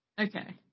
Okay